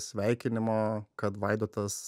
sveikinimo kad vaidotas